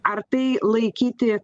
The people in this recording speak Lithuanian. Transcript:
ar tai laikyti